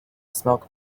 smoke